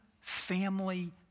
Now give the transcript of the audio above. family